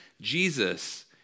Jesus